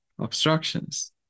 obstructions